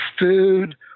food